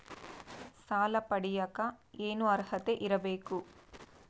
ಸಾಲ ಪಡಿಯಕ ಏನು ಅರ್ಹತೆ ಇರಬೇಕು?